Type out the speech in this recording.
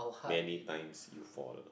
many times you fall